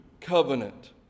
covenant